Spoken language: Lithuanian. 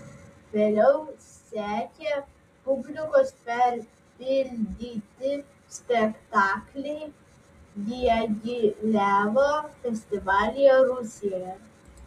vėliau sekė publikos perpildyti spektakliai diagilevo festivalyje rusijoje